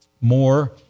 more